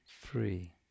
free